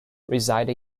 reside